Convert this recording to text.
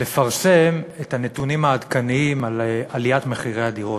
לפרסם את הנתונים העדכניים על עליית מחירי הדירות.